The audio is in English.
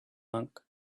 monk